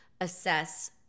assess